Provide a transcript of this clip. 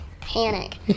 panic